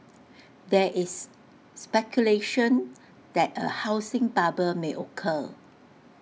there is speculation that A housing bubble may occur